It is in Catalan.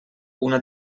una